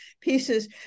pieces